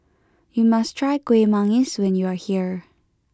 you must try Kuih Manggis when you are here